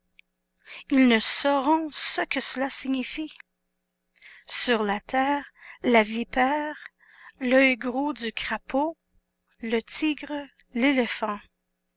ils ne sauront ce que cela signifie sur la terre la vipère l'oeil gros du crapaud le tigre l'éléphant